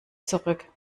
zurück